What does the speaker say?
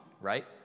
right